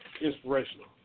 inspirational